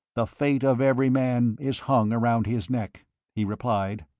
the fate of every man is hung around his neck he replied.